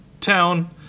town